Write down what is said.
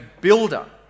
builder